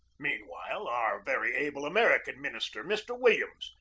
meanwhile our very able american minister, mr. williams,